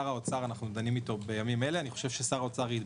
ואנחנו דנים עם שר האוצר בימים אלה.